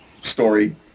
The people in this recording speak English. story